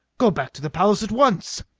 go back to the palace at once!